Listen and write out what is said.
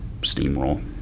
steamroll